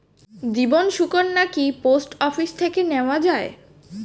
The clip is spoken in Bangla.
জীবন সুকন্যা কি পোস্ট অফিস থেকে নেওয়া যায়?